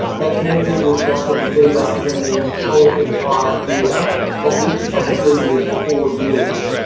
that's more people with ross river fever than the whole entire year for each of the previous four years.